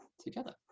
together